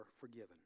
forgiven